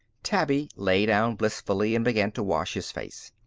tabby lay down blissfully and began to wash his face.